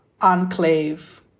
enclave